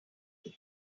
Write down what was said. try